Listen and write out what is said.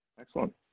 Excellent